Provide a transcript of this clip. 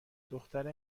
دختره